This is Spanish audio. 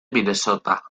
minnesota